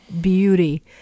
beauty